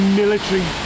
military